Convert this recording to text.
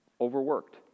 Overworked